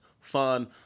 fun